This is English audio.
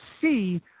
see